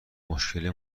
روحل